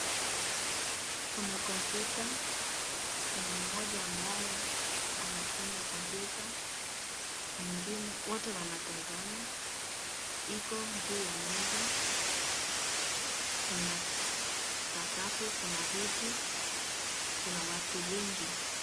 Kuna computer , kuna mmoja ambaye anafinya computer . mwingine, wote wanatazama, Iko juu ya meza , kuna sakafu, kuna viti, kuna watu wengi .